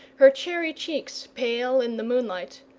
her cherry cheeks pale in the moonlight,